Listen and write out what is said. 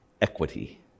equity